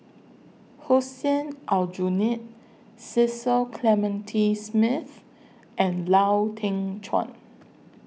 Hussein Aljunied Cecil Clementi Smith and Lau Teng Chuan